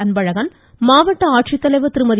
அன்பழகன் மாவட்ட ஆட்சித்தலைவா் திருமதி